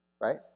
right